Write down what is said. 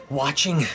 watching